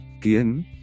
¿quién